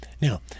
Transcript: Now